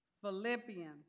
Philippians